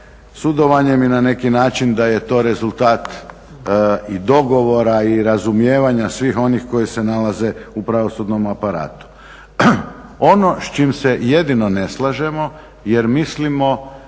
sudovanjem i na neki način da je to rezultat i dogovora i razumijevanja svih onih koji se nalaze u pravosudnom aparatu. Ono s čime se jedino ne slažemo jer mislimo